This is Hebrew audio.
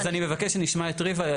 אז אני מבקש שנשמע את ריבה.